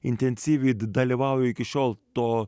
intensyviai dalyvauja iki šiol to